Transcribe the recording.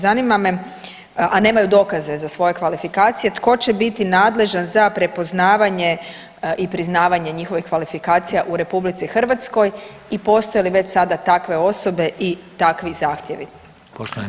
Zanima me, a nemaju dokaze za svoje kvalifikacije, tko će biti nadležan za prepoznavanje i priznavanje njihovih kvalifikacija u RH i postoje li već sada takve osobe i takvi zahtjevi.